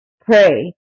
pray